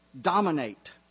dominate